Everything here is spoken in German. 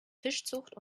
fischzucht